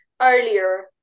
earlier